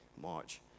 March